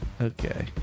Okay